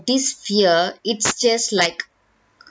this fear it's just like